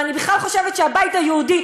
ואני בכלל חושבת שהבית היהודי,